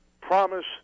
promise